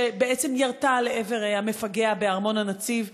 שבעצם ירתה לעבר המפגע בארמון-הנציב,